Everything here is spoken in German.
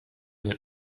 den